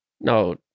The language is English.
no